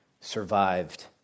survived